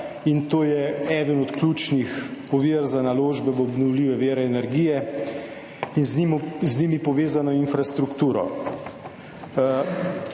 In to je ena od ključnih ovir za naložbe v obnovljive vire energije in z njimi povezano infrastrukturo.